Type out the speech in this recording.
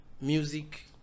music